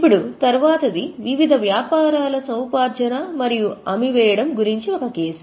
ఇప్పుడు తరువాతిది వివిధ వ్యాపారాల సముపార్జన మరియు అమ్మి వేయడం గురించి ఒక కేసు